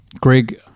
Greg